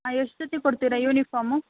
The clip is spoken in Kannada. ಹಾಂ ಎಷ್ಟು ಜೊತೆ ಕೊಡ್ತೀರಾ ಯೂನಿಫಾಮು